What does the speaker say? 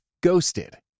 Ghosted